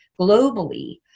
globally